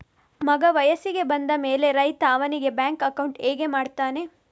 ಮಗ ವಯಸ್ಸಿಗೆ ಬಂದ ಮೇಲೆ ರೈತ ಅವನಿಗೆ ಬ್ಯಾಂಕ್ ಅಕೌಂಟ್ ಹೇಗೆ ಮಾಡ್ತಾನೆ?